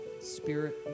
Spirit